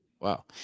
Wow